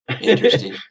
Interesting